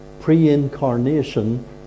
pre-incarnation